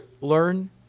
learn